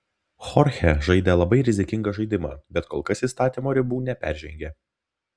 chorchė žaidė labai rizikingą žaidimą bet kol kas įstatymo ribų neperžengė